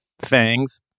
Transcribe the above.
fangs